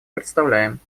представляем